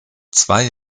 zwei